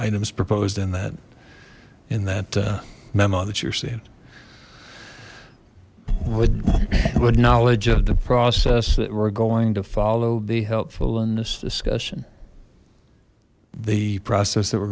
items proposed in that in that memo that you're seeing what would knowledge of the process that we're going to follow be helpful in this discussion the process that we're